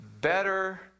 better